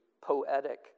poetic